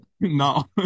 No